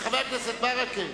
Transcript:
חבר הכנסת ברכה,